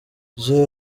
jay